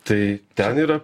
tai ten yra